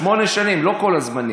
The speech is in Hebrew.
שמונה שנים, לא כל הזמנים.